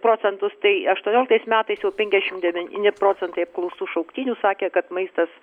procentus tai aštuonioliktais metais jau penkiašimt devyni procentai apklaustų šauktinių sakė kad maistas